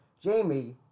Jamie